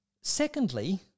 Secondly